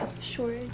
Sure